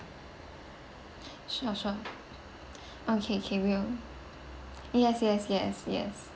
sure sure okay we will yes yes yes yes